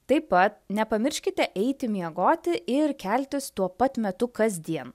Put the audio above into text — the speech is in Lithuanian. taip pat nepamirškite eiti miegoti ir keltis tuo pat metu kasdien